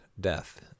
death